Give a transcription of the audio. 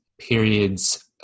periods